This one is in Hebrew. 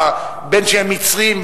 בין שהם מצרים,